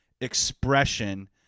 expression